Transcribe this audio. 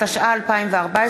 התשע"ה 2014,